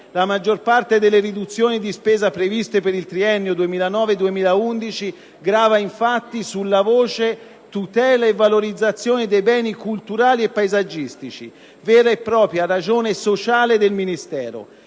la maggior parte delle riduzioni di spesa previste per il triennio 2009-2011 grava, infatti, sulla voce «Tutela e valorizzazione dei beni e attività culturali e paesaggistici», vera e propria ragione sociale del Ministero.